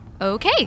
Okay